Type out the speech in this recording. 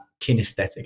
kinesthetic